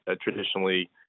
Traditionally